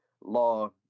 Law